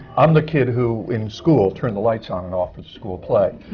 i'm the kid who in school turned the lights on and off in the school play.